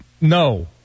no